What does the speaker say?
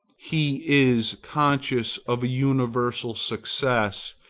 he is conscious of a universal success,